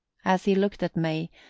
as he looked at may,